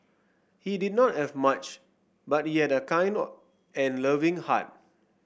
he did not have much but he had a kind and loving heart